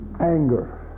Anger